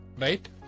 right